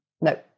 No